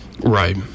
Right